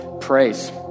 praise